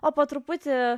o po truputį